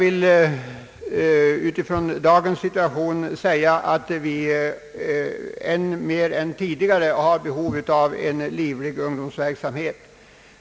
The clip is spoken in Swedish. I dagens situation har vi ännu mer än tidigare behov av en livlig ungdomsverksamhet.